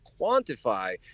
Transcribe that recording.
quantify